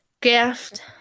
gift